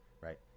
right